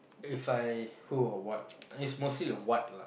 If I who or what it's mostly the what lah